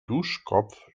duschkopf